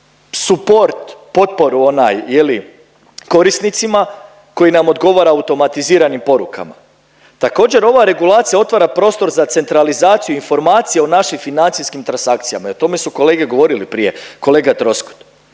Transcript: suport potporu onaj je li korisnicima koji nam odgovara automatiziranim porukama? Također ova regulacija otvara prostor za centralizaciju informacije o našim financijskim transakcijama i o tome su kolege govorili prije, kolega Troskot.